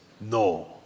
no